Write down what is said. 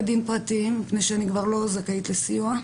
דין פרטיים מפני שאני כבר לא זכאית לסיוע.